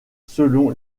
selon